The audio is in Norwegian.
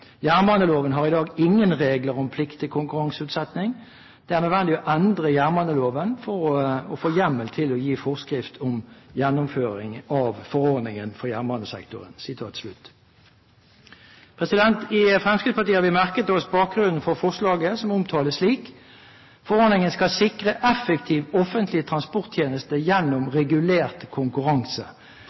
Jernbaneloven har i dag ingen reglar om plikt til konkurranseutsetjing. Det er naudsynt å endra jernbaneloven for å få heimel til å gje forskrift om gjennomføring av forordninga for jernbanesektoren.» I Fremskrittspartiet har vi merket oss bakgrunnen for forslaget som omtales slik: «Forordninga skal sikra effektive offentlege transporttenester gjennom regulert konkurranse.